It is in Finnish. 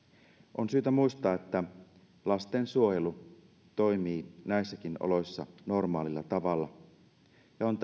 on syytä muistaa että lastensuojelu toimii näissäkin oloissa normaalilla tavalla ja on